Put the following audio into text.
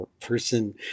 person